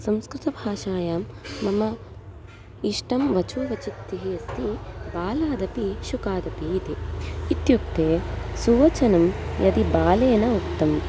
संस्कृतभाषायां मम इष्टं वचो वचोक्तिः अस्ति बालादपि शुकादपि इति इत्युक्ते सुवचनं यदि बाले न उक्तम्